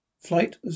Flight